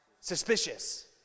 suspicious